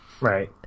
Right